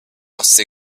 ostsee